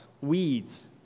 weeds